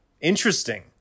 Interesting